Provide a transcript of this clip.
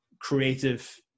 creative